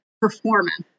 performance